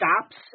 stops